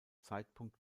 zeitpunkt